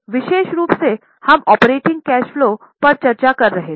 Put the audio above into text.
विशेष रूप से हम ऑपरेटिंग कैश फलो पर चर्चा कर रहे थे